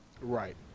Right